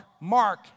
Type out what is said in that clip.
Mark